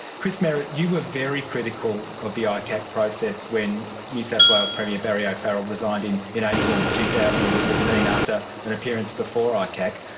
chris merritt, you were very critical of the icac process when new south wales premier barry o'farrell resigned in in april two thousand and fourteen after an appearance before icac.